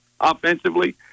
offensively